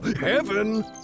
Heaven